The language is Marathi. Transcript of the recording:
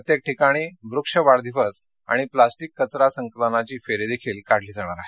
प्रत्येक ठिकाणी वृक्षवाढदिवस आणि प्लास्टिक कचरा संकलनाची फेरीही काढली जाणार आहे